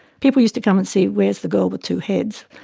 people used to come and see where is the girl with two heads.